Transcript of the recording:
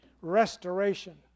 restoration